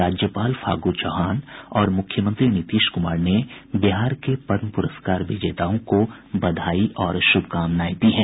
राज्यपाल फागू चौहान और मुख्यमंत्री नीतीश कुमार ने बिहार के पद्म पुरस्कार विजेताओं को बधाई दी है